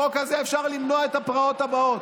בחוק הזה אפשר למנוע את הפרעות הבאות.